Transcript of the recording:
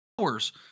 hours